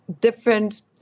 different